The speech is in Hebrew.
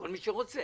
כל מי שרוצה